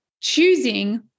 choosing